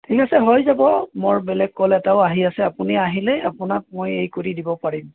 ঠিক আছে হৈ যাব মোৰ বেলেগ ক'ল এটাও আহি আছে আপুনি আহিলে আপোনাক মই এই কৰি দিব পাৰিম